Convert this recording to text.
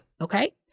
okay